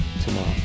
tomorrow